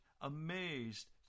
amazed